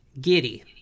giddy